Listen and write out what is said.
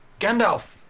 Gandalf